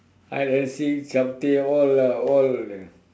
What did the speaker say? hide and seek chapteh all lah all